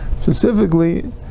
specifically